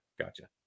gotcha